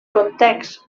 contexts